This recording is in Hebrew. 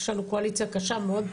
יש לנו קואליציה קשה מאוד,